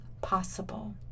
possible